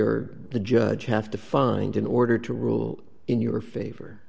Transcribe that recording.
or the judge have to find in order to rule in your favor